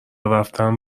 رفتن